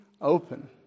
Open